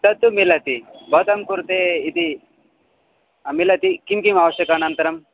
तत्तु मिलति भवतां कृते इति मिलति किं किम् आवश्यकानन्तरं